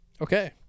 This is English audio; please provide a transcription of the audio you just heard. Okay